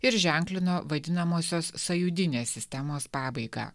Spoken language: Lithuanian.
ir ženklino vadinamosios sąjūdinės sistemos pabaigą